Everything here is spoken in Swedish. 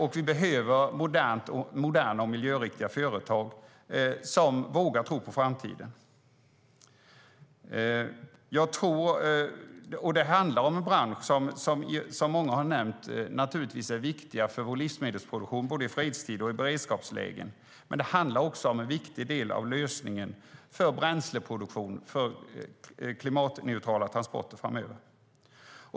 Vi behöver moderna och miljöriktiga företag som vågar tro på framtiden. Det gäller en bransch som naturligtvis är viktig för vår livsmedelsproduktion både i fredstid och i beredskapslägen, men det handlar också om en viktig del av lösningen för bränsleproduktion för klimatneutrala transporter framöver.